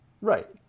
Right